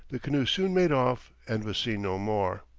the canoe soon made off, and was seen no more.